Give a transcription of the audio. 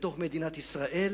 בתוך מדינת ישראל.